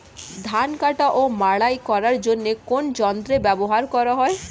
ধান কাটা ও মাড়াই করার জন্য কোন যন্ত্র ব্যবহার করা হয়?